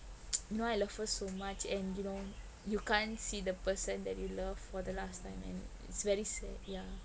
you know I love her so much and you know you can't see the person that you love for the last time and it's very sad ya